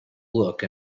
look